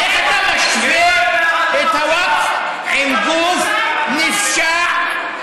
איך אתה משווה את הווקף לגוף נפשע,